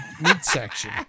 midsection